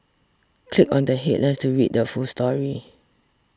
click on the headlines to read the full story